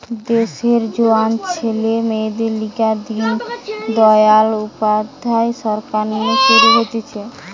দেশের জোয়ান ছেলে মেয়েদের লিগে দিন দয়াল উপাধ্যায় সরকার নু শুরু হতিছে